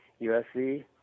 USC